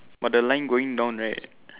but the line going down right